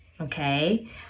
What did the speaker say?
okay